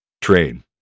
Train